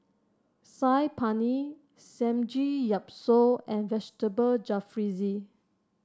Saag Paneer Samgeyopsal and Vegetable Jalfrezi